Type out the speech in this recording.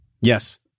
Yes